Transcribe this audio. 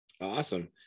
Awesome